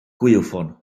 gwaywffon